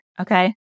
okay